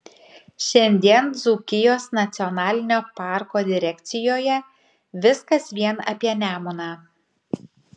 šiandien dzūkijos nacionalinio parko direkcijoje viskas vien apie nemuną